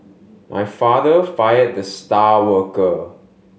my father fired the star worker